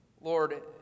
Lord